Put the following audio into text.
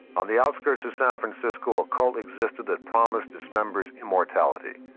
on the outskirts of san francisco, a cult existed that promised its members immortality.